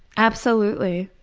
absolutely.